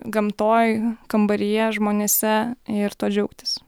gamtoj kambaryje žmonėse ir tuo džiaugtis